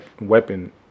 weapon